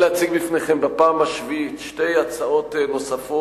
אנחנו עוברים עכשיו להצבעה על הצעת ועדת הכנסת,